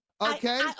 okay